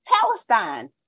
Palestine